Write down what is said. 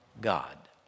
God